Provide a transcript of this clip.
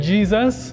Jesus